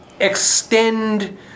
extend